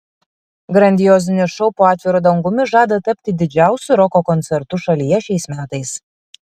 grandiozinis šou po atviru dangumi žada tapti didžiausiu roko koncertu šalyje šiais metais